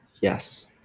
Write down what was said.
Yes